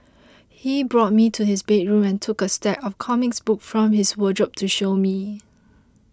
he brought me to his bedroom and took a stack of comic books from his wardrobe to show me